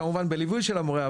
כמובן שבליווי של המורה,